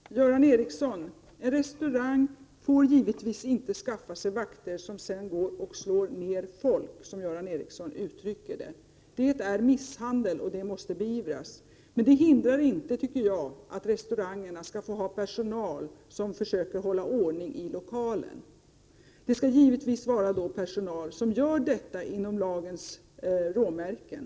Herr talman! Göran Ericsson, en restaurangägare får givetvis inte skaffa sig vakter som sedan — som Göran Ericsson uttryckte saken — går och slår ned folk. Då är det fråga om misshandel och sådan måste beivras. Men jag anser inte att det finns något hinder för restaurangerna att ha personal som försöker hålla ordning i lokalen. Givetvis skall denna personal göra detta inom lagens råmärken.